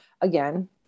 Again